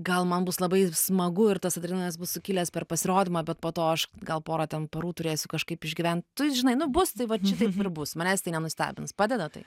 gal man bus labai smagu ir tas adrenalinas sukilęs per pasirodymą bet po to aš gal porą ten parų turėsiu kažkaip išgyvent tu žinai nu bus tai vat šitaip ir bus manęs tai nenustebins padeda tai